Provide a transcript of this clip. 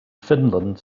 finland